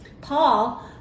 Paul